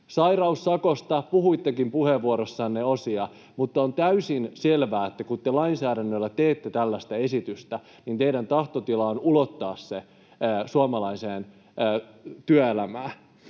Sairaussakosta puhuittekin puheenvuorossanne osia, mutta on täysin selvää, että kun te lainsäädännöllä teette tällaista esitystä, niin teidän tahtotilanne on ulottaa se suomalaiseen työelämään.